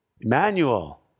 Emmanuel